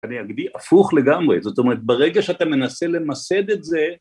אני אגדיר, הפוך לגמרי, זאת אומרת ברגע שאתה מנסה למסד את זה